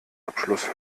abschluss